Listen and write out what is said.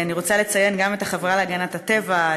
אני רוצה לציין גם את החברה להגנת הטבע,